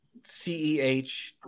CEH